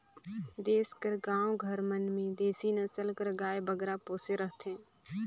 देस कर गाँव घर मन में देसी नसल कर गाय बगरा पोसे रहथें